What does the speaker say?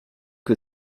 que